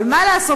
אבל מה לעשות,